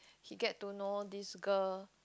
he get to know this girl